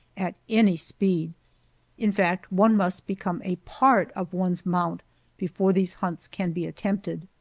at any speed in fact, one must become a part of one's mount before these hunts can be attempted.